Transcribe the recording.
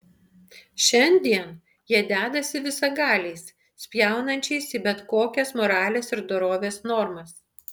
šiandien jie dedąsi visagaliais spjaunančiais į bet kokias moralės ir dorovės normas